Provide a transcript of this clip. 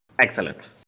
Excellent